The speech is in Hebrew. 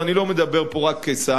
ואני לא מדבר פה רק כשר,